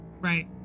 Right